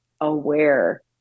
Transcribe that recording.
aware